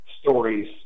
stories